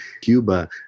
Cuba